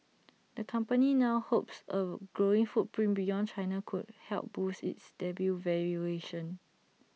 the company now hopes A growing footprint beyond China could help boost its debut valuation